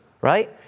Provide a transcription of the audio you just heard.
right